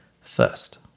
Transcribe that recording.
first